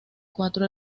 cuatro